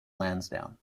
lansdowne